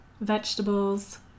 vegetables